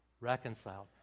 reconciled